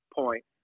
point